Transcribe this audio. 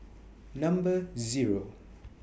Number Zero